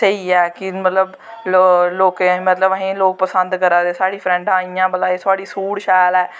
स्हेई ऐ कि मतलव लोकें मतलव लोका असें पसंद करा दे साढ़ी फ्रैंडा मतलव इयां सूट शैल ऐ